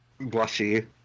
blushy